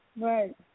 Right